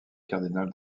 cardinal